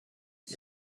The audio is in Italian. gli